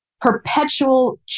perpetual